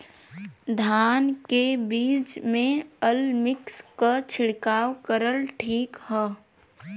धान के बिज में अलमिक्स क छिड़काव करल ठीक ह?